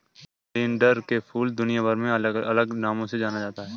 oleander के फूल दुनियाभर में अलग अलग नामों से जाना जाता है